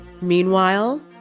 Meanwhile